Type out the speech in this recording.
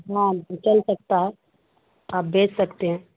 ہاں چل سکتا ہے آپ بھیج سکتے ہیں